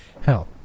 Help